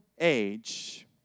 age